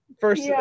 First